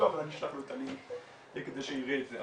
אשלח לו את הלינק כדי שיראה את זה.